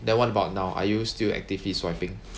then what about now are you still actively swiping